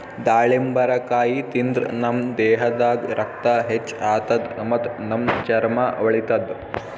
ದಾಳಿಂಬರಕಾಯಿ ತಿಂದ್ರ್ ನಮ್ ದೇಹದಾಗ್ ರಕ್ತ ಹೆಚ್ಚ್ ಆತದ್ ಮತ್ತ್ ನಮ್ ಚರ್ಮಾ ಹೊಳಿತದ್